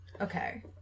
Okay